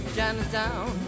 Chinatown